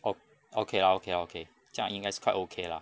oh okay okay okay 这样应该是 quite okay lah